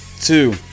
two